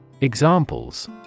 Examples